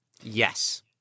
Yes